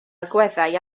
agweddau